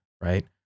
right